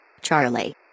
Charlie